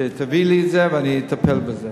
שתביא לי את זה ואני אטפל בזה.